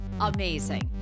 Amazing